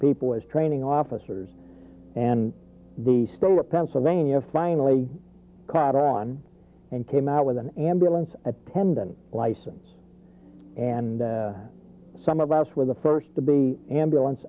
people as training officers and the stoller pennsylvania finally caught on and came out with an ambulance attendant license and some of us were the first to be ambulance